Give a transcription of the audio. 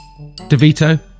DeVito